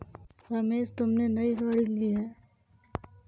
रमेश तुमने नई गाड़ी ली हैं